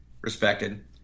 respected